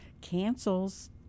cancels